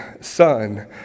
Son